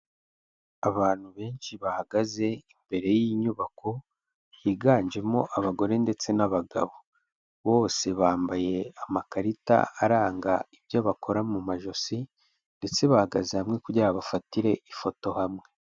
Abantu benshi bahagaze imbere y'inyubako, higanjemo abagore ndetse n'abagabo, bose bambaye amakarita aranga ibyo bakora mu majosi ndetse bahagaze hamwe kugira ngo bafatire ifoto hamwe.